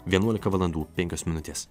vienuolika valandų penkios minutės